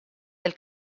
del